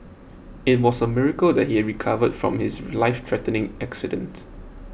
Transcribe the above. it was a miracle that he recovered from his lifethreatening accident